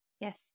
yes